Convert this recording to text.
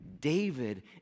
David